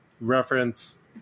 reference